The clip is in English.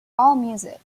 allmusic